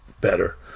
better